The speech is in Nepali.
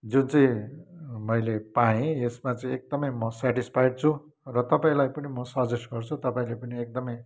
जुन चाहिँ मैले पाएँ यसमा चाहिँ एकदमै म सेटिस्फाइड र तपाईँलाई पनि सजेस्ट गर्छु तपाईँले पनि एकदमै